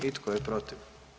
I tko je protiv?